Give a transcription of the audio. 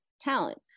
talent